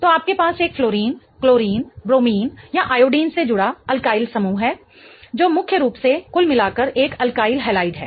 तो आपके पास एक फ्लोरीन क्लोरीन ब्रोमीन या आयोडीन से जुड़ा एल्काइल समूह है जो मुख्य रूप से कुल मिलाकर एक एल्काइल हैलाइड है